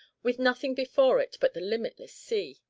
with nothing before it but the limitless sea.